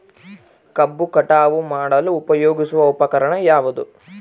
ಕಬ್ಬು ಕಟಾವು ಮಾಡಲು ಉಪಯೋಗಿಸುವ ಉಪಕರಣ ಯಾವುದು?